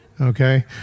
okay